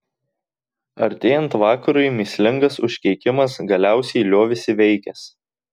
artėjant vakarui mįslingas užkeikimas galiausiai liovėsi veikęs